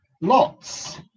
lots